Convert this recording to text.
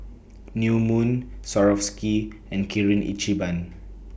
New Moon Swarovski and Kirin Ichiban